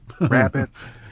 rabbits